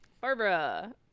Barbara